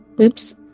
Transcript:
Oops